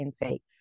intake